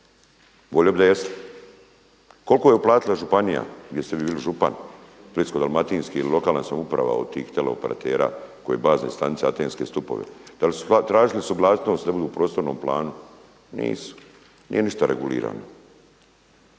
Volio bi da jeste. Koliko je uplatila županija gdje ste vi bili župan u Splitsko-dalmatinski ili lokalna samouprava od tih teleoperatera koji bazne stanice, antenske stupove? Da li su tražili suglasnost da budu u prostornom planu? Nisu. Nije ništa regulirano.